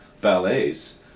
ballets